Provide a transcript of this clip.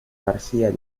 garcía